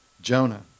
Jonah